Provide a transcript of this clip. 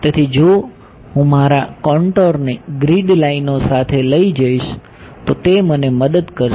તેથી જો હું મારા કોંટોરને ગ્રિડ લાઈનો સાથે લઈ જઈશ તો તે મને મદદ કરશે